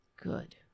Good